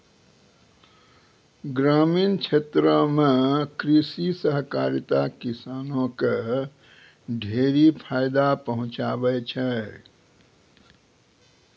ग्रामीण क्षेत्रो म कृषि सहकारिता किसानो क ढेरी फायदा पहुंचाबै छै